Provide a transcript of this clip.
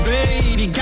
Baby